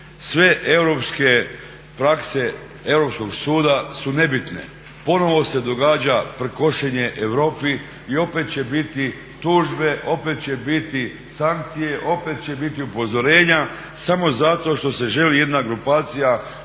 Sve europske prakse Europskog suda su nebitne, ponovno se događa prkošenje Europi i opet će biti tužbe, opet će biti sankcije, opet će biti upozorenja samo zato što se želi jedna grupacija vrlo